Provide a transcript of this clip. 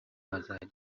akazajya